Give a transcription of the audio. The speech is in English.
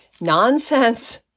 nonsense